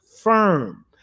firm